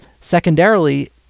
secondarily